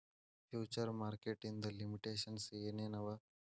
Future market ಇಂದ್ limitations ಏನ್ ಏನವ?